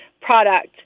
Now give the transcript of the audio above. product